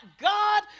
God